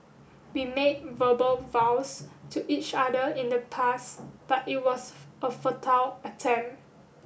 we made verbal vows to each other in the past but it was a futile attempt